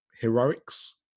heroics